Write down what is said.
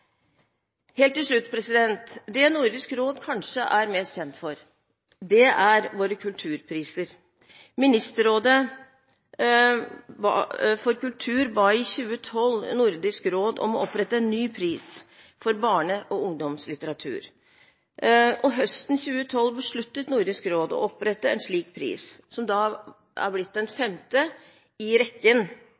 mest kjent for, er sine kulturpriser. Ministerrådet for kultur ba i 2012 Nordisk råd om å opprette en ny pris for barne- og ungdomslitteratur. Høsten 2012 besluttet Nordisk råd å opprette en slik pris, som er blitt den femte i rekken